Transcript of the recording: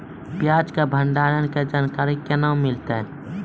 प्याज के भंडारण के जानकारी केना मिलतै?